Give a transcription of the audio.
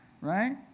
right